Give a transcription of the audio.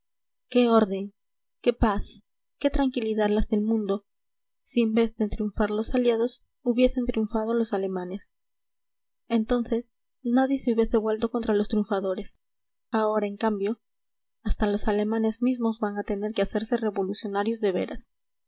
qué orden qué paz qué tranquilidad las del mundo si en vez de triunfar los aliados hubiesen triunfado los alemanes entonces nadie se hubiese vuelto contra los triunfadores ahora en cambio hasta los alemanes mismos van a tener que hacerse revolucionarios de veras